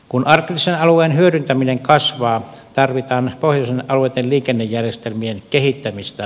kun arktisen alueen hyödyntäminen kasvaa tarvitaan pohjoisen alueitten liikennejärjestelmien kehittämistä